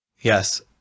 Yes